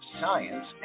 science